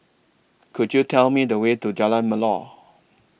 Could YOU Tell Me The Way to Jalan Melor